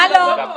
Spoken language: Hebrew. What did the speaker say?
מה לא?